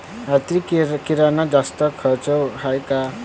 यांत्रिकीकरण जास्त खर्चाचं हाये का?